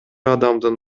адамдын